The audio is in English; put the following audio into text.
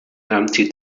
empty